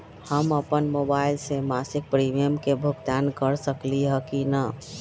हम अपन मोबाइल से मासिक प्रीमियम के भुगतान कर सकली ह की न?